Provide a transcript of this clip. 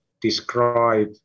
describe